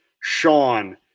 Sean